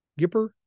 Gipper